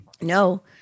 no